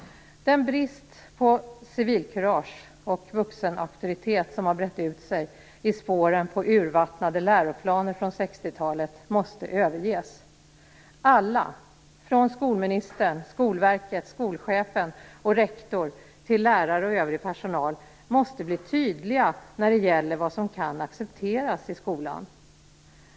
Den brist på civilkurage och vuxenauktoritet som har brett ut sig i spåren av urvattnade läroplaner från 60-talet måste överges. Alla, från skolministern, Skolverket, skolchefen och rektor till lärare och övrig personal, måste bli tydliga när det gäller vad som kan accepteras i skolan.